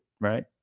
right